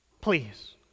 Please